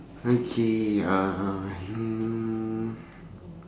okay uh